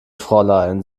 fräulein